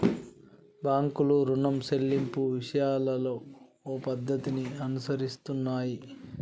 బాంకులు రుణం సెల్లింపు విషయాలలో ఓ పద్ధతిని అనుసరిస్తున్నాయి